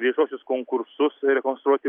viešuosius konkursus rekonstruoti